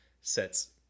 sets